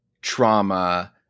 trauma